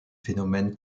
phénomène